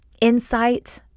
insight